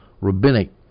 rabbinic